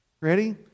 Ready